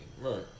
right